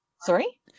Sorry